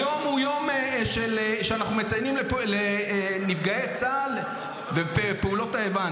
היום הוא יום שאנחנו מציינים את פצועי צה"ל ופעולות האיבה.